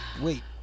wait